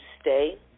stay